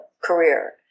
career